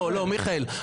לא, מיכאל.